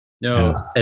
No